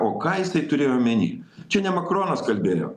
o ką jisai turėjo omeny čia ne makronas kalbėjo